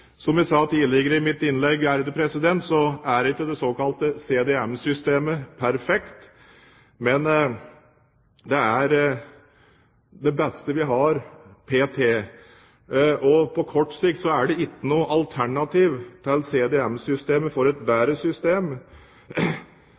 Som jeg sa tidligere i mitt innlegg, er ikke det såkalte CDM-systemet perfekt, men det er det beste vi har p.t. På kort sikt er ikke alternativet til CDM-systemet et bedre system, men ikke å gjøre noe for å bidra til å redusere utslipp av klimagasser i utviklingsland. Det